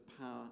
power